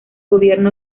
gobierno